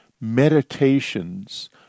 meditations